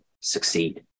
succeed